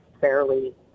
fairly